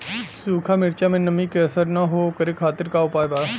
सूखा मिर्चा में नमी के असर न हो ओकरे खातीर का उपाय बा?